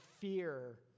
fear